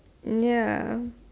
ya